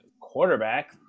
quarterback